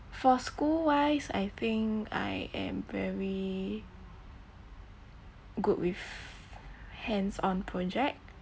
for school wise I think I am very good with hands-on project